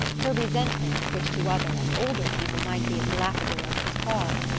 her resentment, which to other and older people might be as laughable as its cause,